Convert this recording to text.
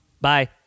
Bye